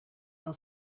del